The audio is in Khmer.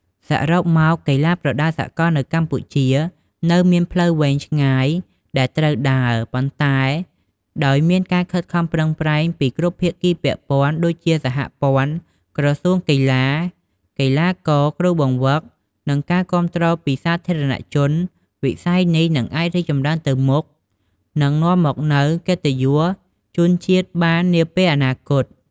សរុបមក កីឡាប្រដាល់សកលនៅកម្ពុជានៅមានផ្លូវវែងឆ្ងាយដែលត្រូវដើរ ប៉ុន្តែដោយមានការខិតខំប្រឹងប្រែងពីគ្រប់ភាគីពាក់ព័ន្ធ ដូចជា សហព័ន្ធ ក្រសួងកីឡា កីឡាករ គ្រូបង្វឹក និងការគាំទ្រពីសាធារណជន វិស័យនេះនឹងអាចរីកចម្រើនទៅមុខ និងនាំមកនូវកិត្តិយសជូនជាតិបាននាពេលអនាគត។